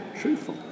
truthful